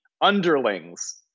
underlings